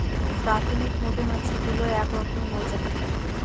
প্রাথমিক মধুমাছি গুলো এক রকমের মৌচাকে থাকে